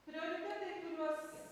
prioritetai kuriuos